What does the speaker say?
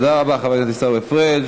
תודה רבה, חבר הכנסת עיסאווי פריג'.